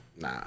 Nah